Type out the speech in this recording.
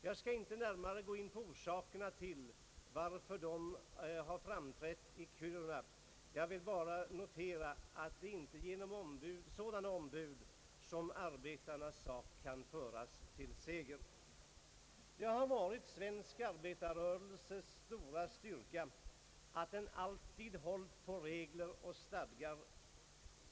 Jag skall inte närmare gå in på orsakerna till att de har framträtt i Kiruna. Jag vill bara notera att det är inte genom sådana ombud som arbetarnas sak kan föras till seger. Det har varit svensk arbetarrörelses stora styrka att den alltid hållit på regler och stadgar.